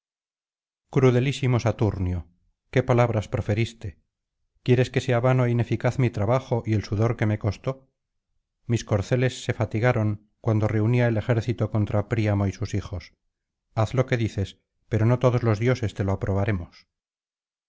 crudelísimo saturnio qué palabras proferiste quieres que sea vano é ineficaz mi trabajo y el sudor que me costó mis corceles se fatigaron cuando reunía el ejército contra príamo y sus hijos haz lo que dices pero no todos los dioses te lo aprobaremos